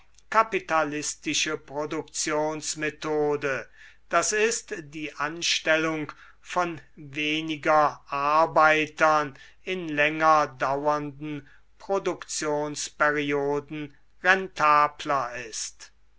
kapitalistische produktionsmethode das ist die anstellung von weniger arbeitern in länger dauernden produktionsperioden rentabler ist